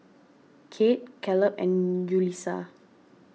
Kate Caleb and Yulisa